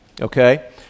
okay